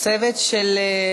צוות של,